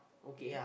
okay